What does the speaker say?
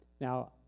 Now